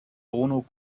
bruno